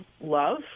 love